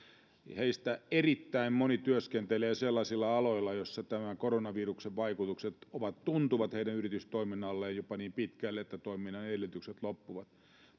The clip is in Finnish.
heistä erittäin moni työskentelee sellaisilla aloilla joissa koronaviruksen vaikutukset ovat tuntuvat heidän yritystoiminnalleen jopa niin pitkälle että toiminnan edellytykset loppuvat